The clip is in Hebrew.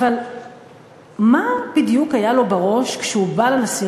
אבל מה בדיוק היה לו בראש כשהוא בא לנשיא